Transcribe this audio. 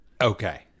okay